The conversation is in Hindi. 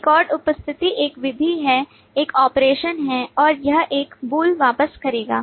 रिकॉर्ड उपस्थिति एक विधि है एक ऑपरेशन है और यह एक bool वापस करेगा